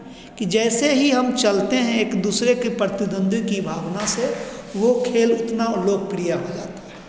कि जैसे ही हम चलते हैं एक दूसरे की प्रतिद्वन्दी की भावना से वो खेल उतना लोकप्रिय होगा